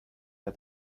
der